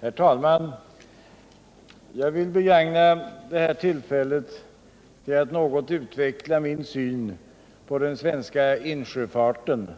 Herr talman! Jag vill begagna detta tillfälle till att något utveckla min syn på den svenska insjöfarten